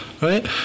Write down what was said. right